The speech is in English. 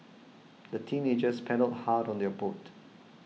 the teenagers paddled hard on their boat